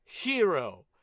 Hero